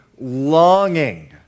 longing